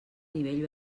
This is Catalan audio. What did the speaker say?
nivell